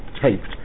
taped